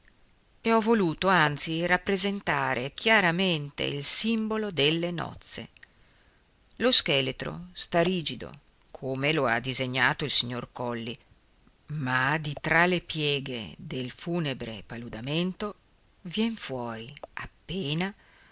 e ho voluto anzi rappresentare chiaramente il simbolo delle nozze lo scheletro sta rigido come lo ha disegnato il signor colli ma di tra le pieghe del funebre paludamento vien fuori appena